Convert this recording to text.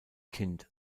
kind